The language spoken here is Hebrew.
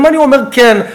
אם אני אומר "כן",